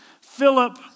Philip